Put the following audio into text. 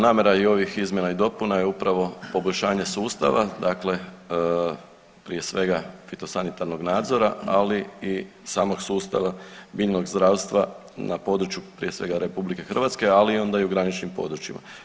Namjera i ovih izmjena i dopuna je upravo poboljšanje sustava, dakle prije svega fitosanitarnog nadzora, ali i samog sustava biljnog zdravstva na području prije svega RH, ali onda i u graničnim područjima.